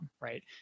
right